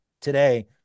today